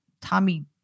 tommy